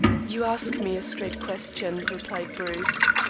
you ask me a straight question, replied bruce,